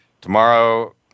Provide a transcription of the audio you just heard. Tomorrow